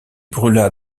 brûla